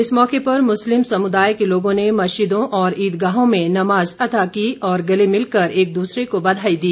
इस मौके पर मुस्लिम समुदाय के लोगों ने मस्जिदों और इदगाहों में नमाज अता की और गले मिलकर एक दूसरे को बधाई दी